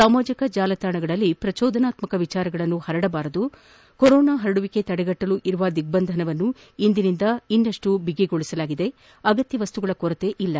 ಸಾಮಾಜಿಕ ಜಾಲತಾಣಗಳಲ್ಲಿ ಪ್ರಜೋದನಾತ್ಮಕ ವಿಜಾರಗಳನ್ನು ಪರಡಬಾರದು ಕೊರೊನಾ ಪರಡುವಿಕೆ ತಡೆಗಟ್ಟಲು ಇರುವ ದಿಗ್ದಂಧನವನ್ನು ಇಂದಿನಿಂದ ಇನ್ನಷ್ಟು ಬಗಿಗೊಳಿಸಲಾಗಿದ್ದು ಅಗತ್ತ ವಸ್ತುಗಳ ಕೊರತೆ ಇಲ್ಲ